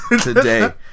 today